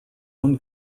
own